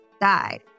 died